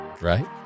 right